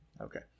Okay